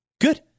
Good